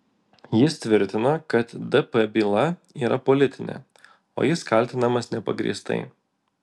jis tvirtino kad dp byla yra politinė o jis kaltinamas nepagrįstai